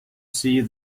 see